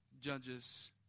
judges